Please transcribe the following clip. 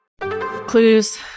Clues